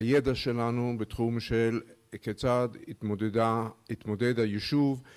הידע שלנו בתחום של כיצד התמודד היישוב